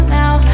now